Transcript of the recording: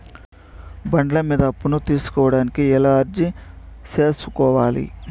బండ్ల మీద అప్పును తీసుకోడానికి ఎలా అర్జీ సేసుకోవాలి?